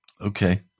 Okay